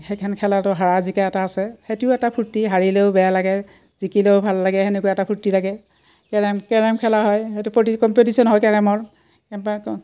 সেইখন খেলটো হাৰা জিকা এটা আছে সেইটোও এটা ফূৰ্তি হাৰিলেও বেয়া লাগে জিকিলেও ভাল লাগে সেনেকুৱা এটা ফূৰ্তি লাগে কেৰম কেৰম খেলা হয় সেইটো প্ৰতি কম্পিটিশ্যন হয় কেৰমৰ কে